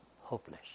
hopeless